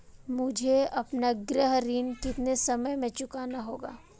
मुझे अपना गृह ऋण कितने समय में चुकाना होगा?